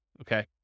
okay